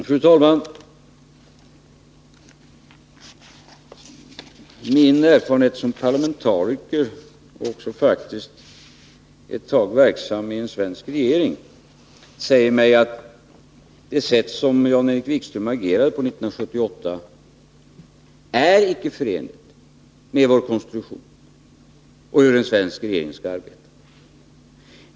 Fru talman! Min erfarenhet som parlamentariker och faktiskt också ett tag som verksam i en svensk regering säger mig att det sätt som Jan-Erik Wikström agerade på 1978 icke är förenligt med vår konstitution, med hur en svensk regering skall arbeta.